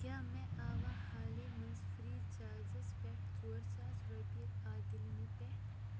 کیٛاہ مےٚ آوا حالٕے منٛز فرٛی چارجس پٮ۪ٹھ ژور ساس رۄپیہِ عادِل نہِ پٮ۪ٹھ